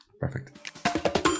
Perfect